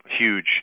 huge